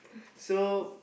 so